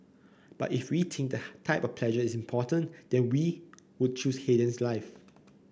but if we think the type of pleasure is important then we would choose Haydn's life